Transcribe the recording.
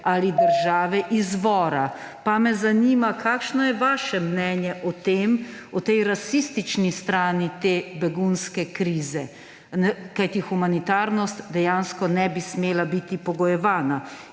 ali države izvora. Pa me zanima: Kakšno je vaše mnenje o tej rasistični strani te begunske krize? Kajti humanitarnost dejansko ne bi smela biti pogojevana.